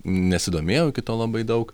nesidomėjau iki to labai daug